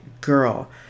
girl